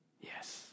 Yes